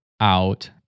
out